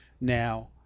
Now